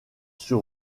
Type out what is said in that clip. sur